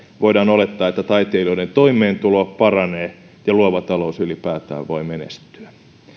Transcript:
voidaan olettaa että taiteilijoiden toimeentulo paranee ja luova talous ylipäätään voi menestyä